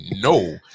No